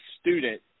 student